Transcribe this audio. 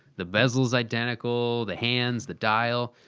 the bezel is identical, the hands, the dial.